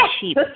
cheap